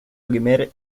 primer